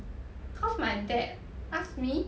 cause my dad ask me